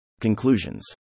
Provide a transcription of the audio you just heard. Conclusions